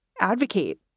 advocate